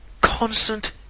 constant